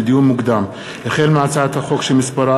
לדיון מוקדם: החל בהצעת החוק שמספרה